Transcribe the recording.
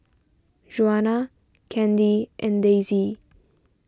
Juana Kandy and Daisye